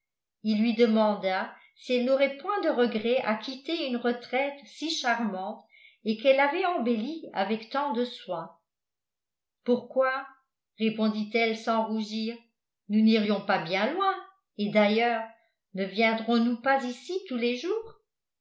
il lui demanda si elle n'aurait point de regret à quitter une retraite si charmante et qu'elle avait embellie avec tant de soins pourquoi répondit-elle sans rougir nous n'irions pas bien loin et d'ailleurs ne viendrons nous pas ici tous les jours